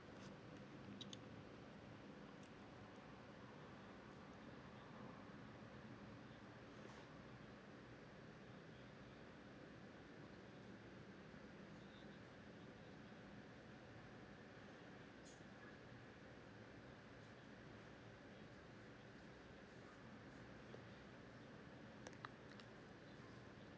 uh mm